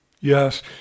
Yes